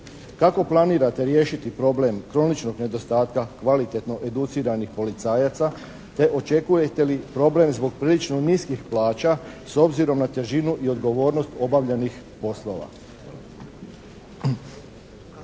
Kako planirate riješiti problem kroničnog nedostatka kvalitetno educiranih policajaca te očekujete li problem zbog prilično niskih plaća s obzirom na težinu i odgovornost obavljenih poslova?